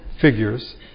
figures